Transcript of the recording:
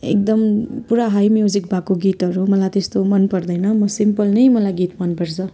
एकदम पुरा high music भएको गीतहरू मलाई त्यस्तो मनपर्दैन म सिम्पल नै मलाई गीत मनपर्छ